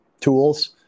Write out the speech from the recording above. tools